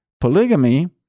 polygamy